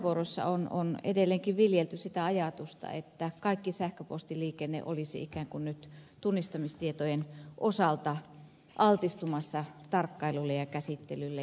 joissakin puheenvuoroissa on edelleenkin viljelty sitä ajatusta että kaikki sähköpostiliikenne olisi ikään kuin nyt tunnistamistietojen osalta altistumassa tarkkailulle ja käsittelylle